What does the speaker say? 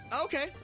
Okay